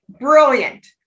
brilliant